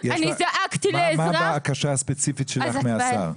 מה הבקשה הספציפית שלך מהשר?